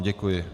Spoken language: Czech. Děkuji.